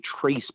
trace